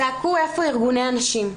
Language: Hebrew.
זעקו היכן ארגוני הנשים.